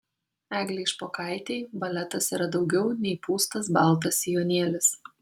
eglei špokaitei baletas yra daugiau nei pūstas baltas sijonėlis